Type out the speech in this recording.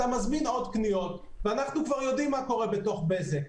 אתה מזמין עוד כניעות ואנחנו כבר יודעים מה קורה בתוך בזק.